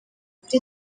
kuri